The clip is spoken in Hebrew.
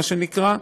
מה שנקרא,